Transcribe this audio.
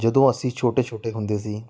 ਜਦੋਂ ਅਸੀਂ ਛੋਟੇ ਛੋਟੇ ਹੁੰਦੇ ਸੀ